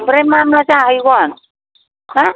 ओमफ्राय मा मा जाहैगोन हो